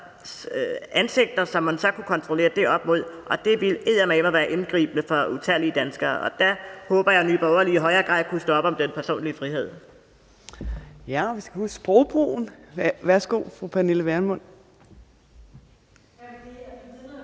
ansigter, som man så kunne kontrollere det op mod. Og det ville eddermame være indgribende for utallige danskere. Og der håber jeg, at Nye Borgerlige i højere grad kunne støtte op om den personlige frihed. Kl. 17:53 Fjerde næstformand (Trine Torp): Husk sprogbrugen! Værsgo, fru Pernille Vermund. Kl. 17:53 Pernille